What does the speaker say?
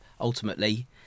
ultimately